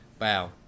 Wow